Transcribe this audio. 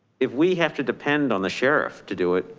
if we have to depend on the sheriff to do it,